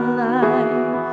life